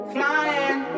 Flying